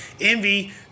Envy